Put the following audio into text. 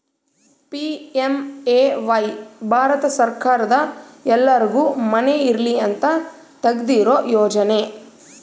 PMAY Bharat ಸರ್ಕಾರದ ಎಲ್ಲರ್ಗು ಮನೆ ಇರಲಿ ಅಂತ ತೆಗ್ದಿರೊ ಯೋಜನೆ